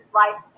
life